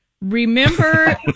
Remember